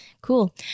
cool